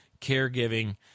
caregiving